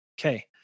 Okay